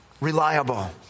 reliable